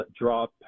drop